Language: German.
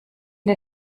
der